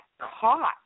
caught